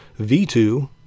v2